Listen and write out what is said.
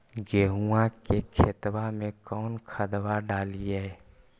गेहुआ के खेतवा में कौन खदबा डालिए?